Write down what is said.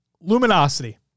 Luminosity